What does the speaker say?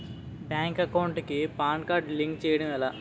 Bank account కి PAN card link చేయడం ఎలా?